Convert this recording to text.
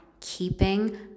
keeping